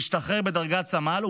השתחרר בדרגת סמל,